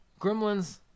Gremlins